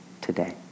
today